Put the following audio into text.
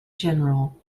general